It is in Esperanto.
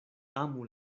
amu